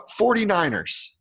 49ers